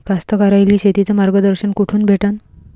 कास्तकाराइले शेतीचं मार्गदर्शन कुठून भेटन?